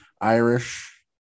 Irish